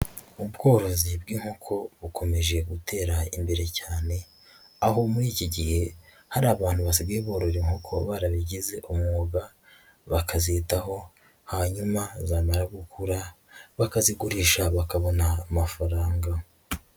Ubworozi bw'inkoko bukomeje gutera imbere cyane, aho muri iki gihe hari abantu basigaye borora inkoko barabigize umwuga, bakazitaho hanyuma zamara gukura bakazigurisha bakabona amafaranga.